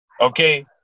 Okay